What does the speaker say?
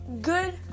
good